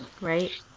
right